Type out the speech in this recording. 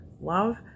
love